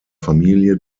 familie